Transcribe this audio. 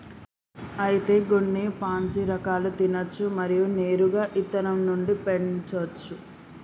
అయితే గొన్ని పాన్సీ రకాలు తినచ్చు మరియు నేరుగా ఇత్తనం నుండి పెంచోచ్చు